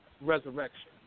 resurrection